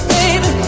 Baby